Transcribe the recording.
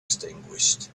extinguished